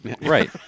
Right